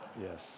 Yes